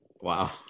Wow